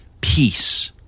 peace